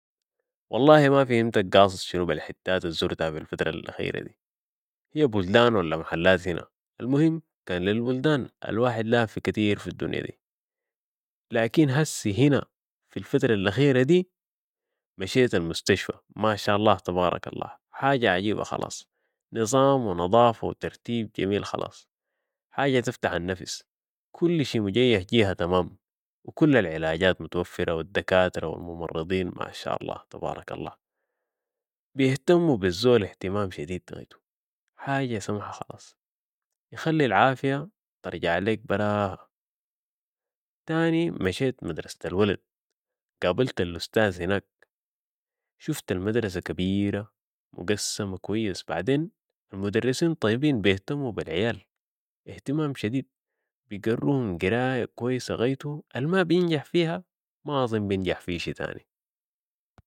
والله ما فهمتك قاصد شنو بالحتات الزرتها في الفترة الأخيرة دي ، هي بلدان ولا محلات هنا المهم كان للبلدان الواحد لافي كتير في الدنيا دي. لكن هسي هنا في الفترة الأخيرة دي مشيت المستشفى ماشاء الله تبارك الله حاجة عجيبة خلاس نظام و نضافة و ترتيب جميل خلاس ، حاجة تفتح النفس كل شي مجيه جيهة تمام و كل العلاجات متوفره و الدكاترة و الممرضين ما شاءالله تبارك الله بيهتموا بالزول اهتمام شديد غايتو حاجه سمحه خلاس تخلي العافيه ترجع لك براها تاني ، مشيت مدرسة الولد قابلت الاستاذ هناك هناك شفت المدرسه كبيره شديد ومقسمه كويس وبعدين المدرسين طيبين بيهتمو بالعيال اهتمام شديد بقروهم قرايه كويسه غايتو المابينجح فيها ما اظن بينفع في شيء تاني